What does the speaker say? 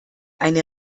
eine